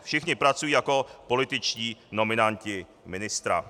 Všichni pracují jako političtí nominanti ministra.